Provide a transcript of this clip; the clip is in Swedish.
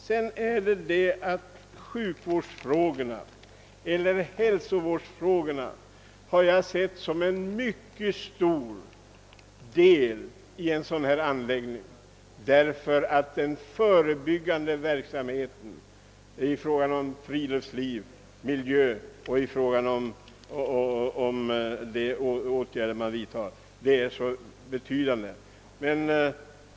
Jag har också sett denna anläggning som en mycket viktig del när det gäller sjukvården och hälsovården. Den förebyggande verksamheten i form av friluftsliv är av stor betydelse.